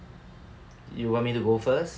you want me to go first